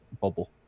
bubble